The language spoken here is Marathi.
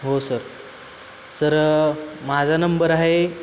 हो सर सर माझा नंबर आहे